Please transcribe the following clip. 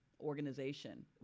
organization